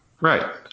Right